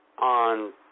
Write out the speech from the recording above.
On